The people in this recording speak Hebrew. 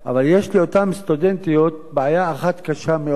אבל יש לאותן סטודנטיות בעיה אחת קשה מאוד.